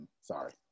Sorry